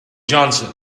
johnson